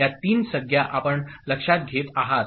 या तीन संज्ञा आपण लक्षात घेत आहात